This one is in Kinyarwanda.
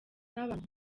n’abantu